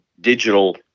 digital